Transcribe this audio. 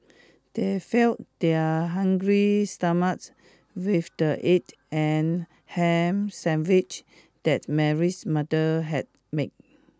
they failed their hungry stomachs with the egg and ham sandwiche that Mary's mother had made